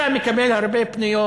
אתה מקבל הרבה פניות,